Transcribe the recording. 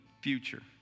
future